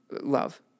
love